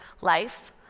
life